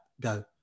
go